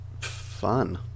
fun